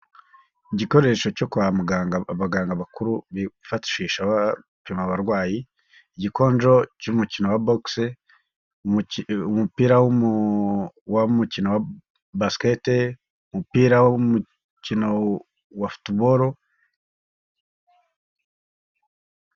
Igikoresho cyo kwa muganga, abaganga bakuru bifashishapi abarwayi, igikonjo cy'umukino wa box, umupira basket, umupira w'umukino wa football.